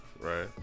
Right